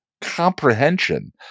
comprehension